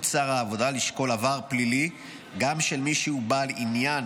שר העבודה לשקול עבר פלילי גם של מי שהוא בעל עניין,